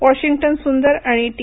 Washington Sundar आणि T